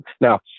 Now